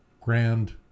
grand